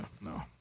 no